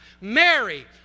Mary